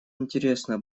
интересно